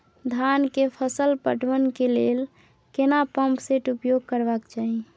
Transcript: धान के फसल पटवन के लेल केना पंप सेट उपयोग करबाक चाही?